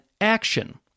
action